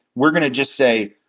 we're gonna just say,